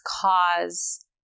cause